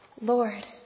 Lord